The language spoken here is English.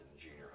junior